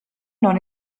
non